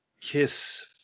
KISS